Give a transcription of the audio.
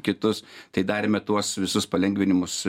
kitus tai darėme tuos visus palengvinimus